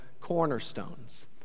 cornerstones